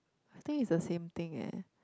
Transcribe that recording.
I think it's the same thing eh